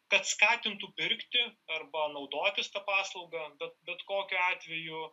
kad skatintų pirkti arba naudotis ta paslauga bet bet kokiu atveju